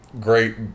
great